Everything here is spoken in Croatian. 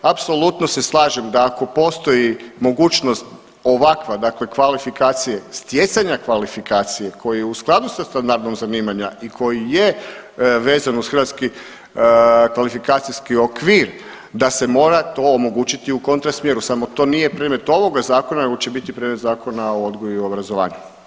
Apsolutno se slažem da ako postoji mogućnost ovakva, dakle kvalifikacije, stjecanja kvalifikacije koji je u skladu sa standardom zanimanja i koji je vezan uz Hrvatski kvalifikacijski okvir da se mora to omogućiti i u kontra smjeru samo to nije predmet ovoga Zakona nego će biti predmet Zakona o odgoju i obrazovanju.